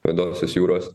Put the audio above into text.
juodosios jūros